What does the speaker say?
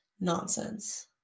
nonsense